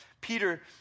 Peter